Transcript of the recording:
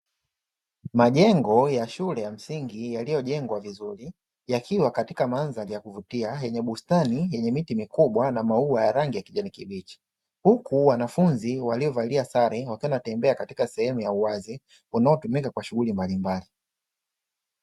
Majengo ya shule ya msingi yaliyojengwa vizuri, yakiwa katika mandhari ya kuvutia yenye bustani yenye miti mikubwa na maua ya rangi ya kijani kibichi, huku wanafunzi waliovalia sare wakiwa wanatembea katika sehemu ya uwazi unaotumika kwa shughuli mbalimbali.